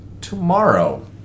tomorrow